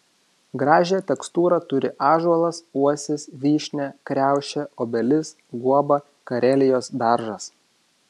gražią tekstūrą turi ąžuolas uosis vyšnia kriaušė obelis guoba karelijos beržas